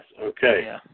Okay